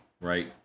right